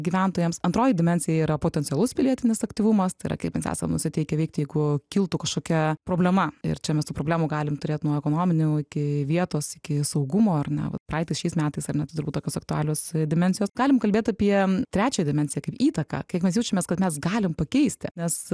gyventojams antroji dimensija yra potencialus pilietinis aktyvumas tai yra kaip mes esam nusiteikę veikti jeigu kiltų kažkokia problema ir čia mes tų problemų galim turėti nuo ekonominių iki vietos iki saugumo ar ne vat paeitais šiais metais ar ne tai turbūt tokios aktualios dimensijos galim kalbėt apie trečią dimensiją kaip įtaką kaip mes jaučiamės kad mes galim pakeisti nes